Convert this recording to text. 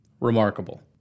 Remarkable